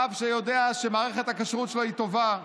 רב שיודע שמערכת הכשרות שלו היא טובה,